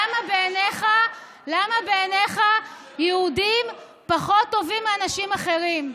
למה בעיניך יהודים פחות טובים מאנשים אחרים?